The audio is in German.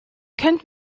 könnt